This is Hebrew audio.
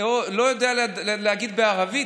לא יודע להגיד בערבית,